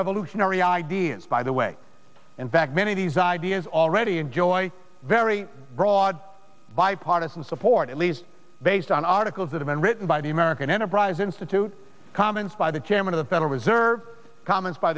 revolutionary ideas by the way and that many of these ideas already enjoy very broad bipartisan support at least based on articles that have been written by the american enterprise institute comments by the chairman of the federal reserve for comments by